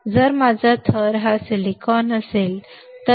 जर माझा थर हा माझा सिलिकॉन असेल तर माझा सिलिकॉन